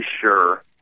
sure –